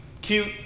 cute